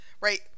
right